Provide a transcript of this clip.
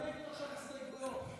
היא מנמקת עכשיו הסתייגויות.